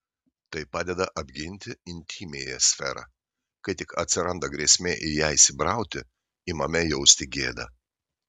tai padeda apginti intymiąją sferą kai tik atsiranda grėsmė į ją įsibrauti imame jausti gėdą